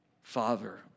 father